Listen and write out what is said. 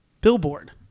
billboard